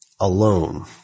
alone